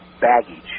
baggage